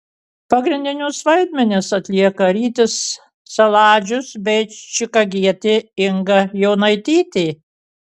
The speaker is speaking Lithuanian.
pagrindinius vaidmenis atlieka rytis saladžius bei čikagietė inga jonaitytė